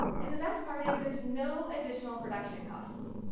and the best part is there's no additional production costs!